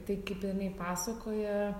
tai kaip ir jinai pasakoja